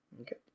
Okay